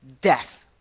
death